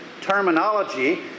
terminology